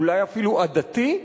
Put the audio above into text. אולי אפילו עדתי,